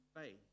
faith